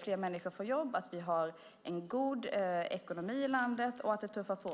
fler människor får jobb, att vi har en god ekonomi i landet, att det tuffar på.